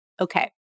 okay